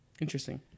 Interesting